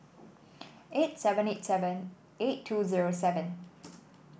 eight seven eight seven eight two zero seven